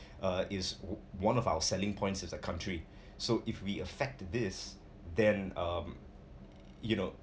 uh is one of our selling points as a country so if we affect this then um you know